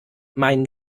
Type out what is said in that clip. mein